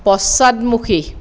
পশ্চাদমুখী